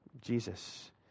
Jesus